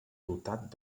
dotat